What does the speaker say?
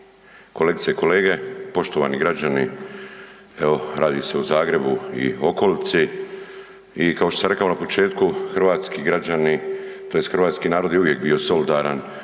kolegice i kolege, poštovani građani evo radi se o Zagrebu i okolici i kao što sam rekao na početku hrvatski građani tj. hrvatski narod je uvijek bio solidaran